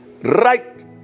right